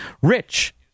rich